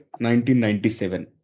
1997